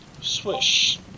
swish